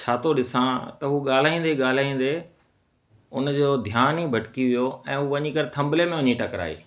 छा थो ॾिसां त हू ॻाल्हाईंदे ॻाल्हाईंदे उन जो ध्यानु ई भटिकी वियो ऐं हू वञी करे थंबले में वञी टकराई